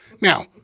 now